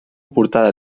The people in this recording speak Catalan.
portada